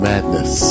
Madness